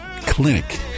clinic